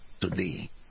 today